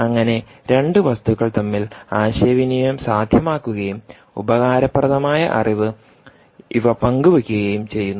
അങ്ങനെ രണ്ട് വസ്തുക്കൾ തമ്മിൽ ആശയവിനിമയം സാധ്യമാക്കുകയും ഉപകാരപ്രദമായ അറിവ് ഇവ പങ്കുവെക്കുകയും ചെയ്യുന്നു